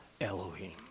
Elohim